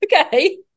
Okay